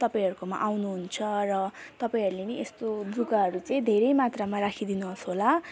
तपाईँहरूकोमा आउनुहुन्छ र तपाईँहरूले नि यस्तो लुगाहरू चाहिँ धेरै मात्रामा राखिदिनुहोस् होला